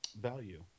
value